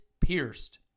pierced